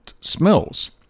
smells